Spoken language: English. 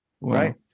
Right